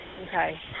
Okay